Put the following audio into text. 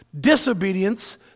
disobedience